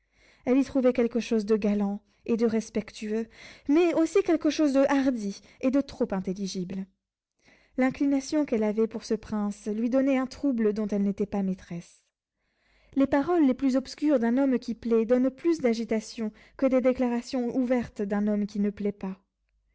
elle y trouvait quelque chose de galant et de respectueux mais aussi quelque chose de hardi et de trop intelligible l'inclination qu'elle avait pour ce prince lui donnait un trouble dont elle n'était pas maîtresse les paroles les plus obscures d'un homme qui plaît donnent plus d'agitation que les déclarations ouvertes d'un homme qui ne plaît pas